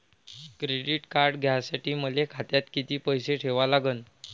Credit card घ्यासाठी मले खात्यात किती पैसे ठेवा लागन?